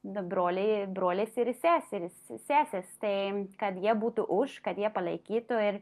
nu broliai brolis ir seserys sesės tai kad jie būtų už kad jie palaikytų ir